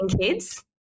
kids